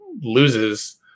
loses